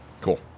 Cool